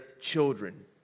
children